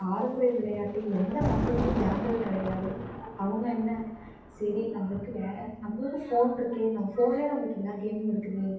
பாரம்பரிய விளையாட்டை எந்த மக்களுமே விளையாண்டது கிடையாது அவங்க என்ன சரி நம்மளுக்கு வே நம்மளுக்கு ஃபோன் இருக்கே நம்ம ஃபோன்லேயே நம்மளுக்கு எல்லா கேமும் இருக்குதே